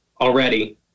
already